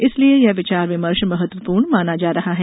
इसलिए यह विचार विमर्श महत्वपूर्ण माना जा रहा है